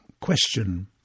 question